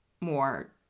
more